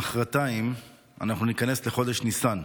מוחרתיים אנחנו ניכנס לחודש ניסן.